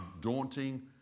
daunting